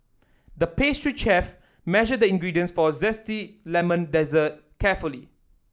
the pastry chef measured the ingredients for a zesty lemon dessert carefully